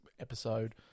episode